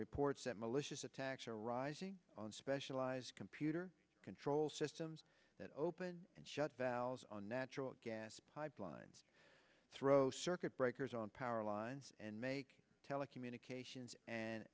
reports that malicious attacks are arising on specialized computer control systems that open and shut valves on natural gas pipelines throw circuit breakers on power lines and make telecommunications and